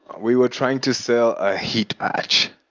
we were trying to sell a heat patch,